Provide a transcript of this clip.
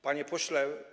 Panie Pośle!